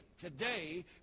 today